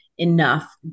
Enough